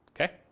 Okay